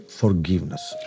forgiveness